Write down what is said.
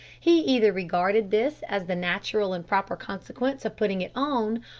he either regarded this as the natural and proper consequence of putting it on,